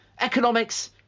economics